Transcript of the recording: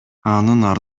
артынан